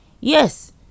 Yes